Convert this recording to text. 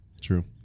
True